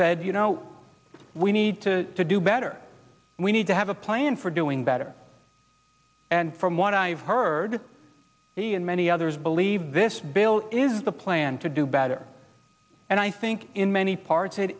said you know we need to do better we need to have a plan for doing better and from what i've heard and many others believe this bill is the plan to do better and i think in many parts